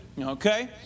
Okay